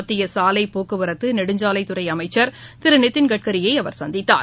மத்திய சாலை போக்குவரத்து நெடுஞ்சாலைகள் துறை அமைச்சர் திரு நிதின் கட்கரியை சந்தித்தார்